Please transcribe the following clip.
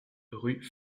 rue